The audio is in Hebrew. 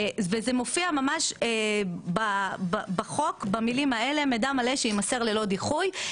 זה מופיע ממש בחוק במילים האלה: "מדיע מלא שיימסר ללא דיחוי".